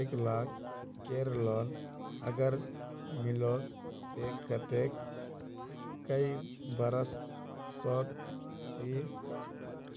एक लाख केर लोन अगर लिलो ते कतेक कै बरश सोत ती